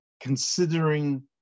considering